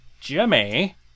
Jimmy